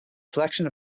selection